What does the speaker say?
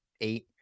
eight